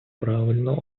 правильно